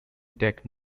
tech